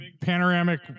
panoramic